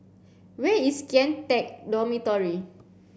where is Kian Teck Dormitory